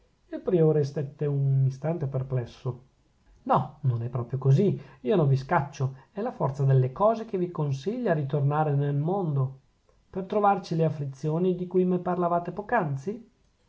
il priore stette un istante perplesso no non è proprio così io non vi scaccio è la forza delle cose che vi consiglia a ritornare nel mondo per trovarci le afflizioni di cui mi parlavate poc'anzi